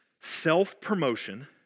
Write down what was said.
Self-promotion